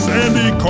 Sandy